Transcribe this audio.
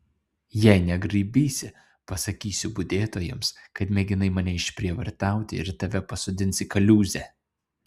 jei negraibysi pasakysiu budėtojams kad mėginai mane išprievartauti ir tave pasodins į kaliūzę